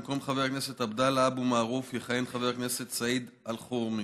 במקום חבר הכנסת עבדאללה אבו מערוף יכהן חבר הכנסת סעיד אלחרומי,